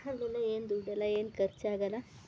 ಅಲ್ಲೆಲ್ಲ ಏನು ದುಡ್ಡೆಲ್ಲ ಏನು ಖರ್ಚಾಗಲ್ಲ